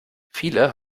viele